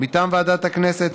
מטעם ועדת החינוך,